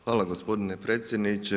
Hvala gospodine predsjedniče.